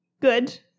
good